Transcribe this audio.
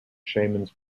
shamans